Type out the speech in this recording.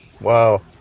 Wow